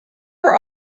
were